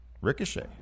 Ricochet